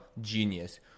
genius